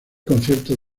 conciertos